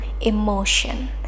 emotion